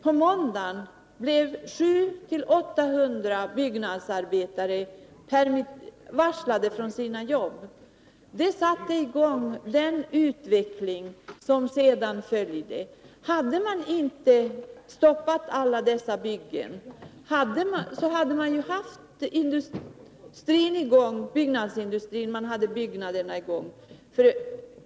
På måndagen blev 700-800 byggnadsarbetare varslade om uppsägning från sina jobb. Det satte i gång den utveckling som sedan följde. Hade man inte stoppat alla dessa byggen, så hade man ju haft byggnadsindustrin och byggnationerna i gång.